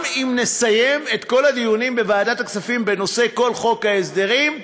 גם אם נסיים את כל הדיונים בוועדת הכספים בנושא חוק ההסדרים,